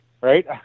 right